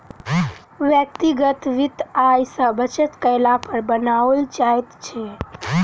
व्यक्तिगत वित्त आय सॅ बचत कयला पर बनाओल जाइत छै